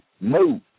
move